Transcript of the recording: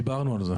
דיברנו על זה.